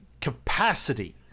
capacity